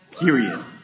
Period